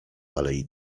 alei